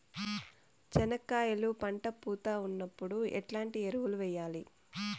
చెనక్కాయలు పంట పూత ఉన్నప్పుడు ఎట్లాంటి ఎరువులు వేయలి?